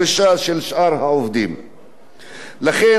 לכן, הצעת החוק באה לתקן עיוות זה.